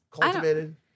cultivated